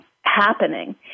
happening